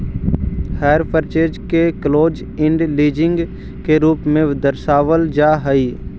hire purchase के close end leasing के रूप में दर्शावल जा हई